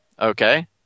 Okay